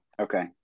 Okay